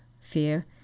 Fear